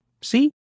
See